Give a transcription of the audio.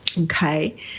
okay